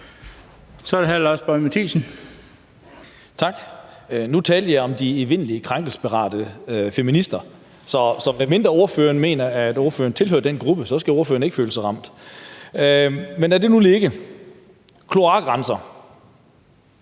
Kl. 17:58 Lars Boje Mathiesen (NB): Tak. Nu talte jeg om de evindelig krænkelsesparate feminister, men medmindre ordføreren mener, at hun tilhører den gruppe, så skal hun ikke føle sig ramt. Men lad det nu ligge. Kloakrenserne